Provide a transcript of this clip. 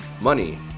money